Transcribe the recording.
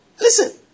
Listen